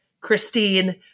Christine